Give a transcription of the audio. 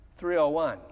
301